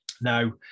Now